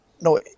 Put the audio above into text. No